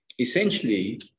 essentially